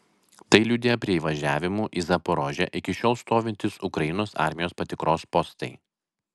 tai liudija prie įvažiavimų į zaporožę iki šiol stovintys ukrainos armijos patikros postai